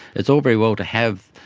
it's all very well to have,